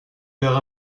père